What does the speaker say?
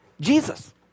Jesus